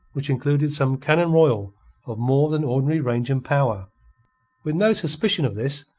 which included some cannon-royal of more than ordinary range and power with no suspicion of this,